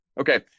Okay